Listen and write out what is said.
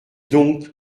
donc